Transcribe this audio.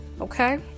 okay